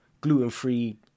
gluten-free